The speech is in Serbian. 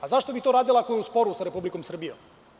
A zašto bi to radila ako je u sporu sa Republikom Srbijom.